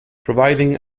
providing